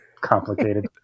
complicated